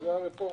זאת הרפורמה.